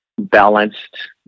balanced